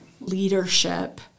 leadership